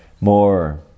more